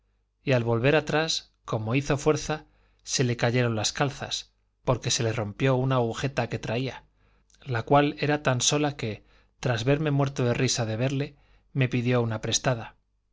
y al volver atrás como hizo fuerza se le cayeron las calzas porque se le rompió una agujeta que traía la cual era tan sola que tras verme muerto de risa de verle me pidió una prestada